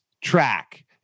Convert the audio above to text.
track